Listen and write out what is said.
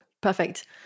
Perfect